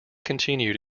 continued